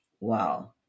wow